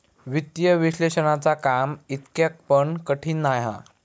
वित्तीय विश्लेषणाचा काम इतका पण कठीण नाय हा